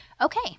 Okay